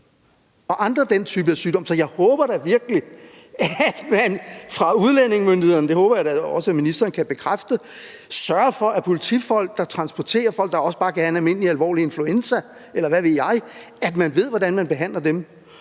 og andre af den type sygdomme. Så jeg håber da virkelig, at man fra udlændingemyndighedernes side – det håber jeg også at ministeren kan bekræfte – sørger for, at politifolk, der transporterer folk, der også bare kan have en almindelig alvorlig influenza, eller hvad ved jeg, ved, hvordan man behandler dem.